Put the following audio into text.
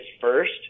first